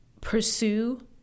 pursue